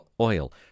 oil